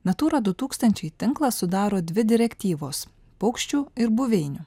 natūra du tūkstančiai tinklą sudaro dvi direktyvos paukščių ir buveinių